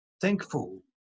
thankful